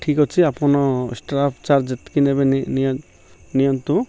ଠିକ୍ ଅଛି ଆପଣ ଏକ୍ସଟ୍ରା ଚାର୍ଜ ଯେତିକି ନେବେ ନିଅନ୍ତୁ